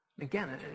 Again